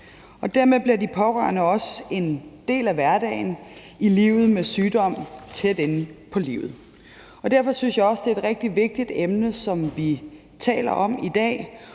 Dermed bliver de pårørende også en del af hverdagen med sygdom tæt inde på livet. Derfor synes jeg også, det er et rigtig vigtigt emne, som vi taler om i dag,